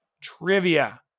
Trivia